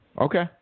Okay